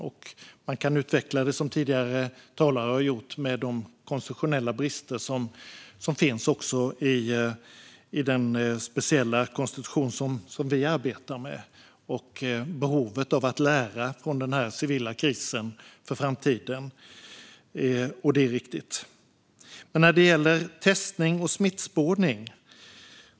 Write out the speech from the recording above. Det kan utvecklas, som tidigare talare också har gjort, med de konstitutionella brister som finns även i fråga om den speciella konstitution som vi arbetar med och behovet av att för framtiden lära av den här civila krisen. Det är riktigt. KU har granskat regeringens åtgärder när det gäller testning och smittspårning.